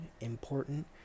important